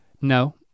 No